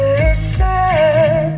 listen